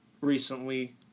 recently